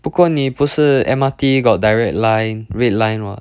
不过你不是 M_R_T got direct line red line what